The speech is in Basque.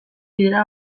dira